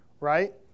Right